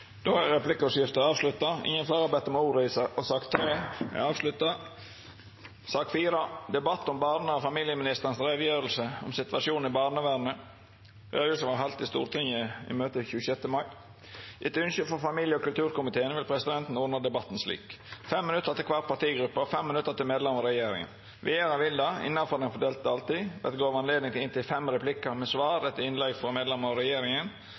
Replikkordskiftet er avslutta. Fleire har ikkje bedt om ordet til sak nr. 3. Etter ønske frå familie- og kulturkomiteen vil presidenten ordna debatten slik: 5 minutt til kvar partigruppe og 5 minutt til medlemer av regjeringen. Vidare vil det – innanfor den fordelte taletida – verta gjeve anledning til inntil fem replikker med svar etter innlegg fra medlemer av regjeringa,